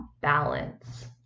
balance